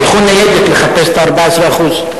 שלחו ניידת לחפש את ה-14%.